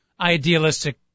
idealistic